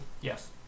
Yes